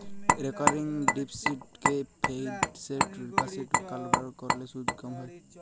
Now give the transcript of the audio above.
recurring ডিপসিটকে fixed ডিপসিটে convert ক্যরলে সুদ ক্যম হ্যয়